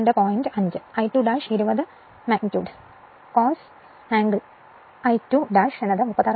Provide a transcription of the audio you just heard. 5 i 2 20 magnitude cos angle i 2 36